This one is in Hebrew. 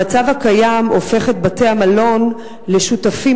המצב הקיים הופך את בתי-המלון לשותפים